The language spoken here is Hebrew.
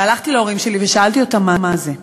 הלכתי להורים שלי ושאלתי אותם מה זה,